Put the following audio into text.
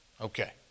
Okay